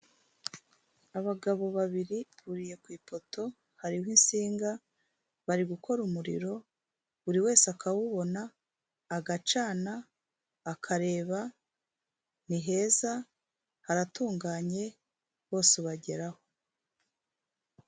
Abagabo babiri buriye ku ipoto hariho itsinga bari gukora umuriro, buri wese akawubona agacana akareba ni heza haratunganye bose ubageraho.